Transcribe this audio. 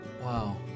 Wow